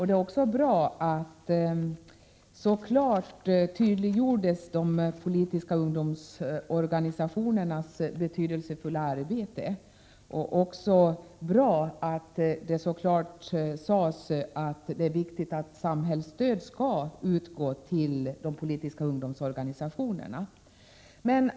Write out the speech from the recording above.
Det är också bra att det i svaret klart och tydligt slås fast att de politiska ungdomsorganisationerna utför ett betydelsefullt arbete och att det därför är viktigt att samhällsstöd utgår till dessa organisationer.